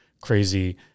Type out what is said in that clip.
crazy